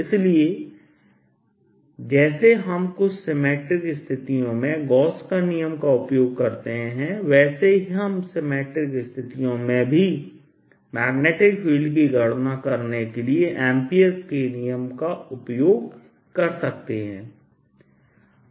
इसलिए जैसे हम कुछ सिमेट्रिक स्थितियों में गॉस का नियमGauss's Law का उपयोग करते हैं वैसे ही हम सिमेट्रिक स्थितियों में भी मैग्नेटिक फील्ड की गणना करने के लिए एम्पीयर का नियमAmpere's Law का उपयोग कर सकते हैं